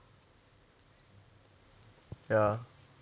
ya